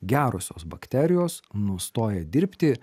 gerosios bakterijos nustoja dirbti